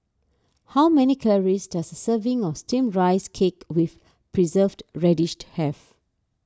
how many calories does a serving of Steamed Rice Cake with Preserved Radish have